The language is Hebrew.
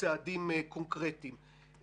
צעדים קונקרטיים.